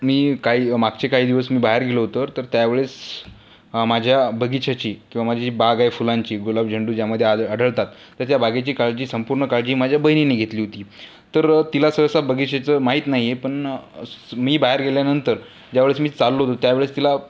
मी काही मागचे काही दिवस मी बाहेर गेलो होतो तर त्या वेळेस माझ्या बगीचाची किंवा माझी जी बाग आहे फुलांची गुलाब झेंडू ज्यामध्ये आदळ आढळतात तर त्या बागेची काळजी संपूर्ण काळजी माझ्या बहिणीने घेतली होती तर तिला सहसा बगीचाचं माहीत नाही आहे पण स मी बाहेर गेल्यानंतर ज्यावेळेस मी चाललो होतो त्यावेळेस तिला